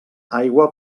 aigua